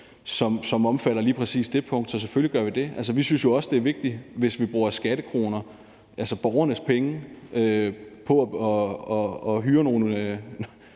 som omfatter lige præcis det punkt. Så selvfølgelig gør vi det. Vi synes jo, det er temmelig vigtigt, at der, hvis vi bruger skattekroner, altså borgernes penge, på at hyre nogle